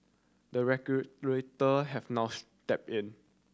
the regulator have now step in